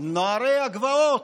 נערי הגבעות.